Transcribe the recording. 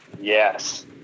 Yes